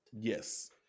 Yes